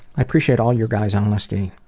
i appreciate all you guys' honesty.